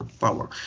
power